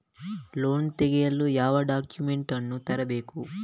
Loan ತೆಗೆಯಲು ಯಾವ documents ಅನ್ನು ತರಬೇಕು?